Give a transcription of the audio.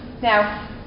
Now